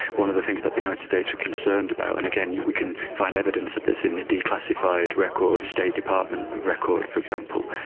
one of the things that the united states were concerned about, and again, we can find evidence of this in the declassified records, the state department records, for example,